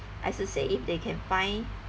I should say if they can find